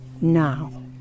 now